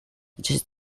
just